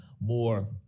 more